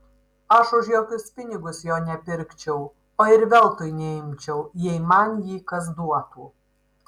aš už jokius pinigus jo nepirkčiau o ir veltui neimčiau jei man jį kas duotų